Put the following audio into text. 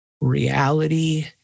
Reality